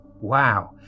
wow